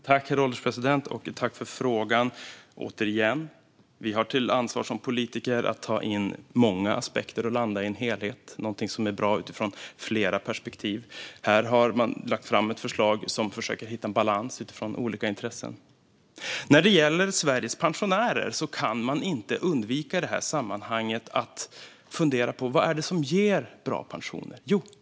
Herr ålderspresident! Jag tackar för frågan. Återigen: Vi har som politiker ansvar för att ta in många aspekter och landa i en helhet, något som är bra utifrån flera perspektiv. Här har man lagt fram ett förslag där man försöker hitta en balans utifrån olika intressen. En översyn av regler-ingen för tjänste-pensionsföretag När det gäller Sveriges pensionärer går det i detta sammanhang inte att undvika att fundera på vad det är som ger bra pensioner.